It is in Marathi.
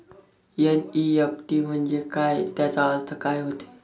एन.ई.एफ.टी म्हंजे काय, त्याचा अर्थ काय होते?